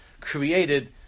created